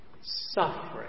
Suffering